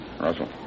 Russell